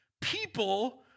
People